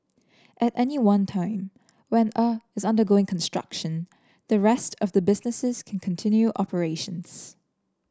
at any one time when a is undergoing construction the rest of the businesses can continue operations